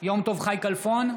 יום טוב חי כלפון,